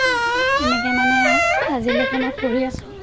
এনেকৈ মানে আজিলৈকে মই কৰি আছোঁ